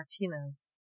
Martinez